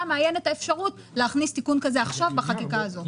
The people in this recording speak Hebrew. מאיין את האפשרות להכניס תיקון כזה עכשיו בחקיקה הזאת?